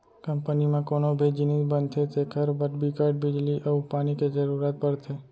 company म कोनो भी जिनिस बनथे तेखर बर बिकट बिजली अउ पानी के जरूरत परथे